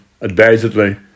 advisedly